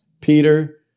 Peter